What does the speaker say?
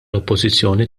oppożizzjoni